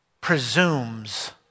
presumes